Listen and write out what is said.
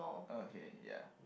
okay ya